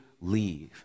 Leave